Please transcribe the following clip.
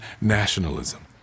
nationalism